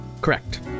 correct